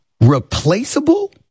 replaceable